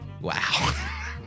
Wow